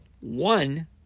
one